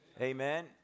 Amen